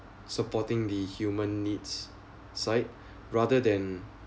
supporting the human needs side rather than